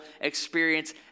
experience